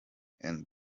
and